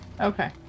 Okay